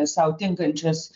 sau tinkančias